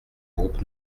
groupe